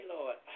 Lord